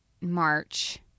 March